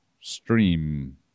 stream